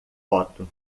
foto